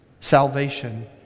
salvation